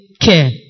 care